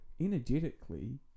energetically